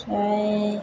ओमफ्राय